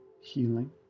healing